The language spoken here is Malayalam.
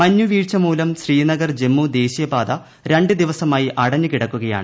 മഞ്ഞുവീഴ്ച മൂലം ശ്രീന്ഗർ ജമ്മു ദേശീയപാത രണ്ടു ദിവസമായി അടഞ്ഞുകിടക്കുകയാണ്